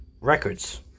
records